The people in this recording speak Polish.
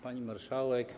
Pani Marszałek!